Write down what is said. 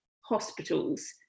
hospitals